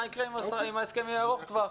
מה יקרה אם ההסכם יהיה ארוך טווח.